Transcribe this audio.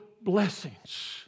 blessings